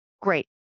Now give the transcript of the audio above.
great